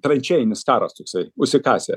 tranšejinis karas toksai užsikasę